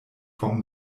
vom